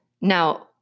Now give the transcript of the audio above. Now